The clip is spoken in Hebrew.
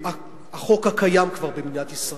החוק שכבר קיים במדינת ישראל,